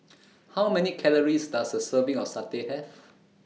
How Many Calories Does A Serving of Satay Have